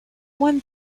one